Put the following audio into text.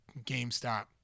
GameStop